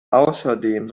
außerdem